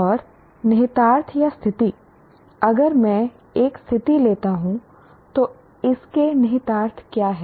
और निहितार्थ या स्थिति अगर मैं एक स्थिति लेता हूं तो इसके निहितार्थ क्या हैं